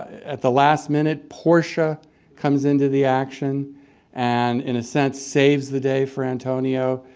at the last minute, portia comes into the action and in a sense saves the day for antonio.